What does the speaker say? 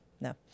no